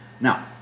Now